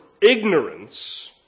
ignorance